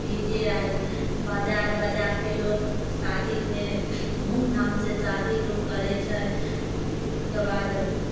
D J आर बाजा आर बजा कए लोक शादीमे धूमधाम से शादी लोक करै छै ओकरबाद